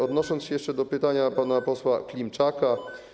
Odniosę się jeszcze do pytania pana posła Klimczaka.